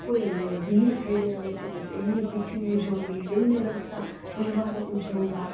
કોઈ વીર થઈ ગયા હોય છે તો તેમની તિથિ ઉજવવી તેમને લગતા તહેવારો ઉજવવાં